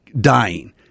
dying